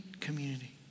community